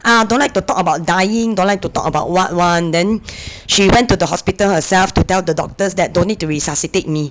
uh don't like to talk about dying don't like to talk about what [one] then she went to the hospital herself to tell the doctors that don't need to resuscitate me